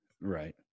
Right